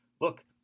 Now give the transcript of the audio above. Look